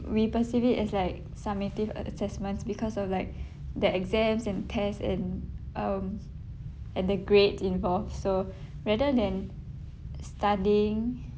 we perceive it as like summative assessments because of like the exams and tests and um and the grades involved so rather than studying